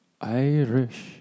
Irish